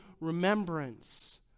remembrance